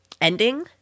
ending